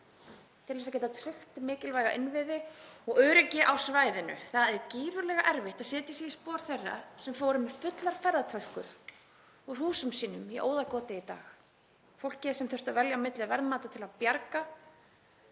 til þess að geta tryggt mikilvæga innviði og öryggi á svæðinu. Það er gífurlega erfitt að setja sig í spor þeirra sem fóru með fullar ferðatöskur úr húsum sínum í óðagoti í dag, í spor fólks sem þurfti að velja á milli verðmæta til að bjarga,